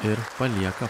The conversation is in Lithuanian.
ir palieka